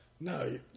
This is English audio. No